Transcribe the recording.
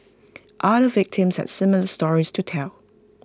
other victims had similar stories to tell